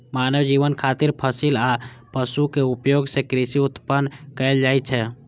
मानव जीवन खातिर फसिल आ पशुक उपयोग सं कृषि उत्पादन कैल जाइ छै